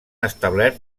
establert